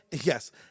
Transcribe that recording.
yes